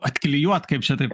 atklijuot kaip čia taip